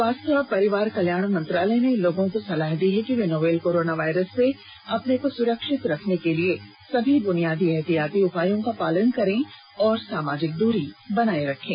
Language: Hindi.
स्वास्थ्य और परिवार कल्याण मंत्रालय ने लोगों को सलाह दी है कि वे नोवल कोरोना वायरस से अपने को सुरक्षित रखने के लिए सभी बुनियादी एहतियाती उपायों का पालन करें और सामाजिक दूरी बनाए रखें